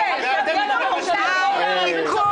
בשוחד, נקודה.